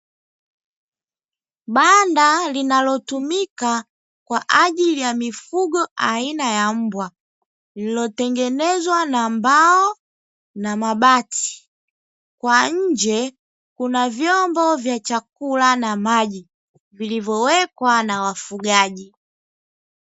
Banda linalotumika kwa ajili ya mifugo aina ya mbwa lililotengenezwa na mbao na mabati. Kwa nje kuna vyombo vya chakula na maji, vilivyowekwa na wafugaji.